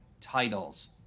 titles